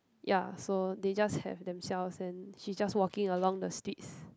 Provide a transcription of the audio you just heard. ya so they just have themselves and she just walking along the streets